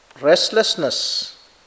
restlessness